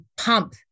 pump